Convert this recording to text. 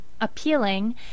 appealing